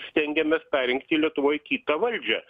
stengiamės perrinkti lietuvoj kitą valdžią